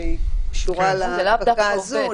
שהיא קשורה להדבקה הזו,